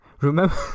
remember